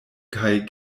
kaj